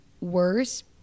worse